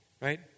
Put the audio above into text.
right